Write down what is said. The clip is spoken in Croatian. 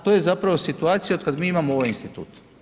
To je zapravo situacija od kada mi imamo ovaj institut.